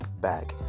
back